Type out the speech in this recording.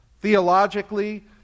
Theologically